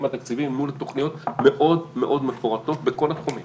התקציביים מול תוכניות מאוד מאוד מפורטות בכל התחומים